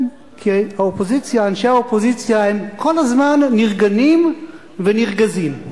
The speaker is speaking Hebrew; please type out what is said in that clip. כן, אנשי האופוזיציה הם כל הזמן נרגנים ונרגזים.